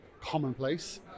commonplace